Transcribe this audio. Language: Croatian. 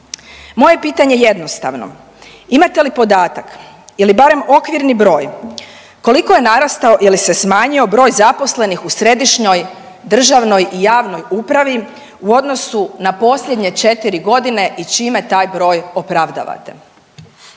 Moje pitanje je jednostavno, imate li podatak ili barem okvirni broj koliko je narastao ili se smanjio broj zaposlenih u središnjoj državnoj i javnoj upravi u odnosu na posljednje 4 godine i čime taj broj opravdavate?